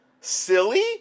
silly